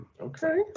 Okay